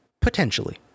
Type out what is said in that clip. potentially